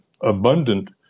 abundant